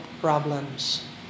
problems